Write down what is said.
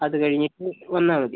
അതു കഴിഞ്ഞിട്ട് വന്നാൽ മതി